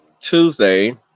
Tuesday